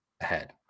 ahead